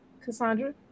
Cassandra